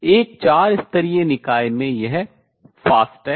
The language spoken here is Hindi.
एक चार स्तरीय निकाय में यह fast तेज़ है